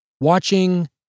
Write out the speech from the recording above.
Watching